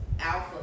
alpha